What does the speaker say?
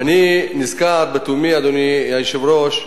ואני נזכר לתומי, אדוני היושב-ראש,